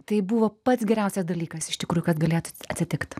tai buvo pats geriausias dalykas iš tikrųjų kas galėtų atsitikt